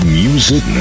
music